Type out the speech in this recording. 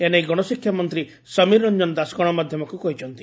ଏନେଇ ଗଣଶିକ୍ଷା ମନ୍ତୀ ସମୀର ରଞ୍ଞନ ଦାଶ ଗଣମାଧ୍ଧମକୁ କହିଛନ୍ତି